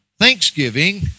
Thanksgiving